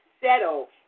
settle